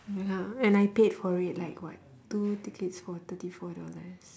ya and I paid for it like [what] two tickets for thirty four dollars